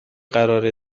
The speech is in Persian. قراره